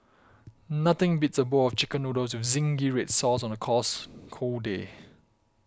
nothing beats a bowl of Chicken Noodles with Zingy Red Sauce on a cause cold day